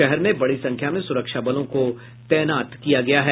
शहर में बड़ी संख्या में सुरक्षा बलों को तैनात कर दिया गया है